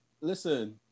listen